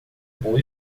boa